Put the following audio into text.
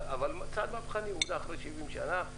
אחרי 70 שנה,